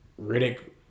Riddick